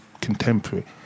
contemporary